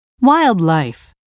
Wildlife